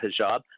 hijab